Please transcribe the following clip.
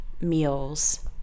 meals